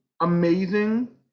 amazing